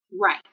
Right